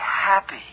happy